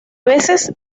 veces